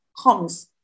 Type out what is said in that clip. comes